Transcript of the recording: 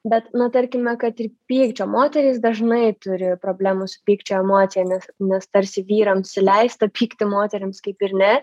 bet na tarkime kad ir pykčio moterys dažnai turi problemų su pykčio emocija nes nes tarsi vyrams leista pykti moterims kaip ir ne